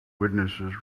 witnesses